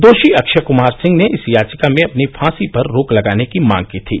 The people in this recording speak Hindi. दोषी अक्षय कमार सिंह ने इस याचिका में अपनी फांसी पर रोक लगाने की मोंग की थी